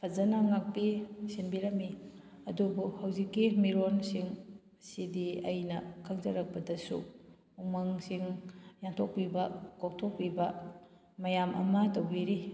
ꯐꯖꯅ ꯉꯥꯛꯄꯤ ꯁꯦꯟꯕꯤꯔꯝꯃꯤ ꯑꯗꯨꯕꯨ ꯍꯧꯖꯤꯛꯀꯤ ꯃꯤꯔꯣꯟꯁꯤꯡ ꯑꯁꯤꯗꯤ ꯑꯩꯅ ꯈꯪꯖꯔꯛꯄꯗꯁꯨ ꯎꯃꯪꯁꯤꯡ ꯌꯥꯟꯊꯣꯛꯄꯤꯕ ꯀꯣꯛꯊꯣꯛꯄꯤꯕ ꯃꯌꯥꯝ ꯑꯃ ꯇꯧꯕꯤꯔꯤ